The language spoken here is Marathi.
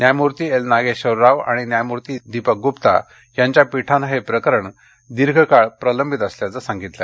न्यायमूर्ती एल नागेश्वर राव आणिन्यायमूर्ती दीपक गुप्ता यांच्या पीठानं हे प्रकरण दीर्घकाळ प्रलंबित असल्याचं सांगितलं